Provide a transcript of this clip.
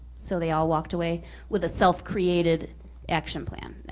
so they all walked away with a self-created action plan.